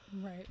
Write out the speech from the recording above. right